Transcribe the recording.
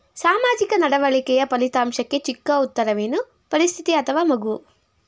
ಸಾಮಾಜಿಕ ನಡವಳಿಕೆಯ ಫಲಿತಾಂಶಕ್ಕೆ ಚಿಕ್ಕ ಉತ್ತರವೇನು? ಪರಿಸ್ಥಿತಿ ಅಥವಾ ಮಗು?